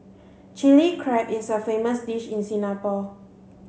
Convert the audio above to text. Chilli Crab is a famous dish in Singapore